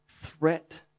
Threat